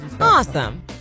Awesome